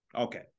okay